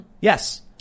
yes